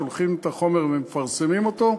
שולחים את החומר ומפרסמים אותו.